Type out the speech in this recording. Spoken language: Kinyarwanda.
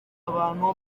abantu